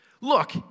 Look